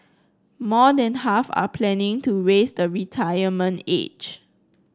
more than half are planning to raise the retirement age